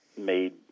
made